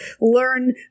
learn